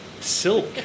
Silk